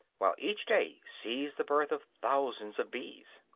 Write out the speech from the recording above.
while each day sees the birth of thousands of bees.